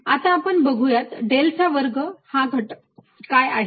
आता बघुयात डेल चा वर्ग हा घटक काय आहे ते